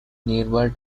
nearby